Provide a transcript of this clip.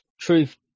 Truth